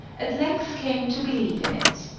at length came to believe in it.